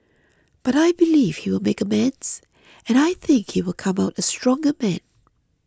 but I believe he will make amends and I think he will come out a stronger man